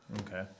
Okay